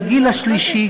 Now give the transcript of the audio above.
הגיל השלישי,